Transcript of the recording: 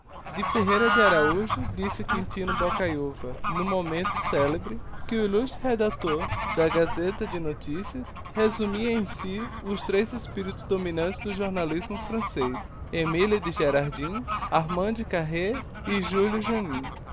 de ferreira de araújo disse quintino bocayuva n'um momento celebre que o illustre redactor da gazeta de noticias resumia em si os três espíritos dominantes do jornalismo francez emile de gerardin armand carré e júlio janin